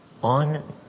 On